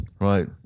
right